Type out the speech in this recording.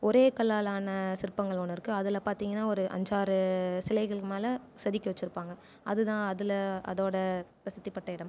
ஒரே கல்லால் ஆன சிற்பங்கள் ஒன்று இருக்கு அதில் பார்த்திங்கன்னா ஒரு அஞ்சாறு சிலைகளுக்கு மேலே செதுக்கி வச்சுருப்பாங்க அதுதான் அதில் அதோட பிரசிதிப்பெற்ற இடம்